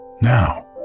Now